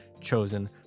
chosen